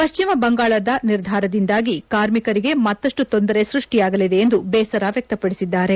ಪಶ್ಚಿಮ ಬಂಗಾಳದ ನಿರ್ಧಾರದಿಂದಾಗಿ ಕಾರ್ಮಿಕರಿಗೆ ಮತ್ತಷ್ಟು ತೊಂದರೆ ಸ್ಕಷ್ಟಿಯಾಗಲಿದೆ ಎಂದು ಬೇಸರ ವ್ಯಕ್ತಪಡಿಸಿದ್ದಾರೆ